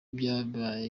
byaba